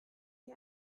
wie